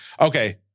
Okay